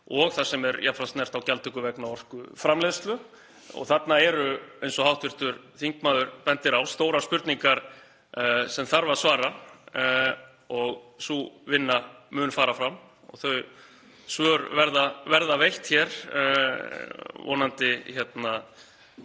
og þar sem er jafnframt snert á gjaldtöku vegna orkuframleiðslu. Þarna eru, eins og hv. þingmaður bendir á, stórar spurningar sem þarf að svara og sú vinna mun fara fram og þau svör verða veitt hér vonandi síðar